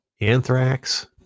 Anthrax